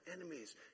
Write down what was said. enemies